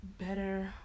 better